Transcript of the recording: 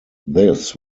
this